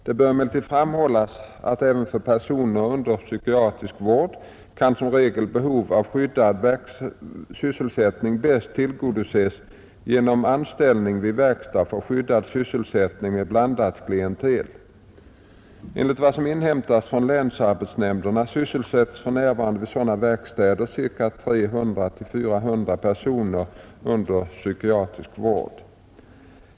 Det bör emellertid framhållas att även för personer under psykiatrisk vård kan som regel behovet av skyddad sysselsättning bäst tillgodoses genom anställning vid verkstad för skyddad sysselsättning med blandat klientel. Enligt vad som inhämtats från länsarbetsnämnderna sysselsätts för närvarande vid sådana verkstäder 300-400 personer under psykiatrisk vård.